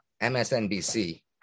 MSNBC